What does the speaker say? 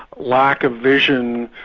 lack of vision,